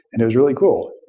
and it was really cool.